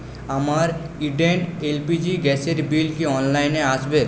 আমার Indane L P G গ্যাসের bill কি অনলাইনে আসবে